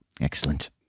Excellent